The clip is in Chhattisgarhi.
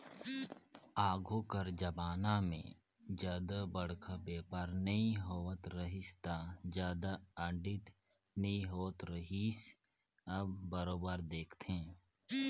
आघु कर जमाना में जादा बड़खा बयपार नी होवत रहिस ता जादा आडिट नी होत रिहिस अब बरोबर देखथे